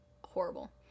horrible